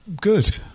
good